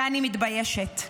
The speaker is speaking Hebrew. ואני מתביישת.